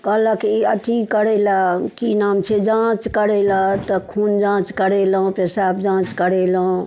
कहलक ई अथी करै लऽ की नाम छै जाँच करै लऽ तऽ खून जाँच करेलहुँ तऽ पेशाब जाँच करेलहुँ